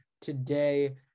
today